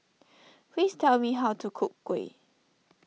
please tell me how to cook Kuih